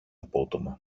απότομα